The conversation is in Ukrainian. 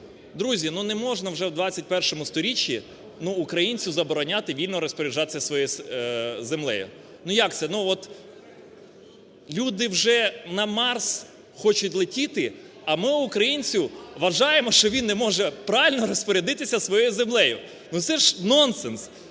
Друзі, ну, не можна вже у ХХІ сторіччі українцю забороняти вільно розпоряджатися своєю землею. Ну як це?! Ну от люди вже на Марс хочуть летіти, а ми українцю… вважаємо, що він не може правильно розпорядитися своєю землею! Ну це ж нонсенс!